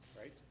right